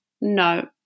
no